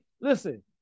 listen